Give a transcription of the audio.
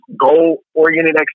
goal-oriented